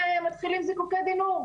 ומתחילים זיקוקי דינור,